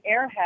airhead